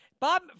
Bob